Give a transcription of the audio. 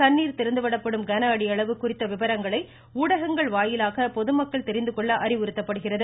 தண்ணீர் திறந்துவிடப்படும் கனஅடி அளவு விவரங்களை ஊடகங்கள் வாயிலாக பொதுமக்கள் தெரிந்துகொள்ள குறித்த அறிவுறுத்தப்படுகிறது